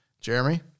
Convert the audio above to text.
Jeremy